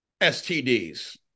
STDs